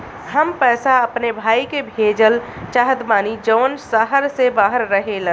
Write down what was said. हम पैसा अपने भाई के भेजल चाहत बानी जौन शहर से बाहर रहेलन